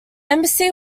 embassy